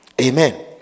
Amen